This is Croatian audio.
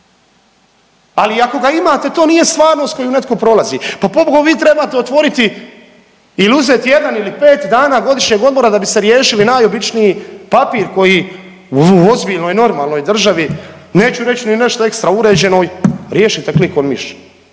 Ali ako ga imate to nije stvarnost koju netko prolazi. Pa pobogu vi trebate otvoriti ili uzeti jedan ili pet dana godišnjeg odmora da biste riješili najobičniji papir koji u ozbiljnoj i normalnoj državi neću reći ni nešto ekstra uređenoj riješite klikom miša.